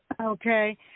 Okay